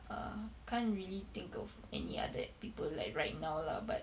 uh can't really think of any other people like right now lah but